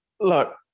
Look